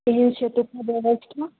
केहन छै ओतुका व्यवस्था